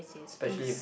specially if